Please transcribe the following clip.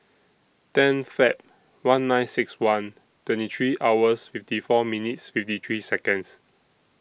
ten Feb one nine six one twenty three hours fifty four minutes fifty three Seconds